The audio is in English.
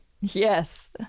Yes